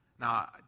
Now